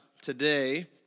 today